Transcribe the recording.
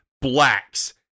Black's